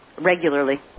regularly